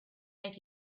make